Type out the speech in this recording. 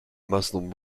muslim